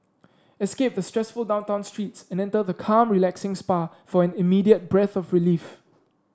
escape the stressful downtown streets and enter the calm relaxing spa for an immediate breath of relief